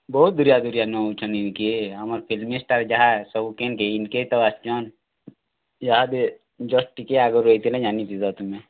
ବହୁତ୍ଦୁ ଦୁରିଆ ଦୁରିଆ ନୁ ଆଉଛନ୍ ଇନ୍କେ ଆମର୍ ଫିଲ୍ମ୍ ଷ୍ଟାର୍ ଯାହା ସବୁ କେନ୍କେ ଇନ୍କେ ତ ଆସୁଛନ୍ ଇହାଦେ ଜଷ୍ଟ୍ ଟିକେ ଆଗ୍ରୁ ଆଇଥିଲେ ଜାନିଥିତ ତୁମେ